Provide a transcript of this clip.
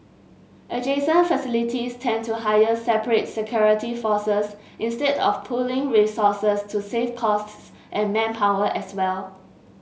adjacent facilities tend to hire separate security forces instead of pooling resources to save costs and manpower as well